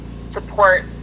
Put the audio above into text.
support